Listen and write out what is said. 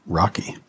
rocky